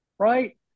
right